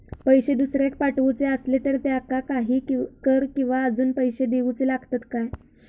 पैशे दुसऱ्याक पाठवूचे आसले तर त्याका काही कर किवा अजून पैशे देऊचे लागतत काय?